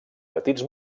petits